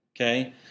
okay